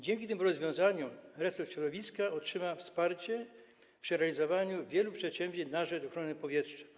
Dzięki tym rozwiązaniom resort środowiska otrzyma wsparcie przy realizowaniu wielu przedsięwzięć na rzecz ochrony powietrza.